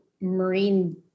marine